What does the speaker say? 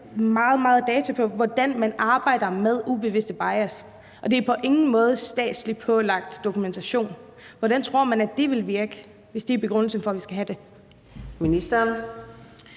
meget data på, hvordan man arbejder med ubevidste bias, og det er på ingen måde pålagt krav om statslig dokumentation. Hvordan tror man at det vil virke, hvis det er begrundelsen for, at vi skal have det?